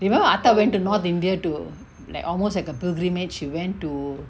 you know aatta went to north india to like almost like a pilgrimage he went to